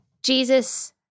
Jesus